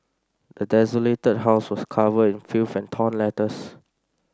the desolated house was covered in filth and torn letters